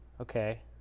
okay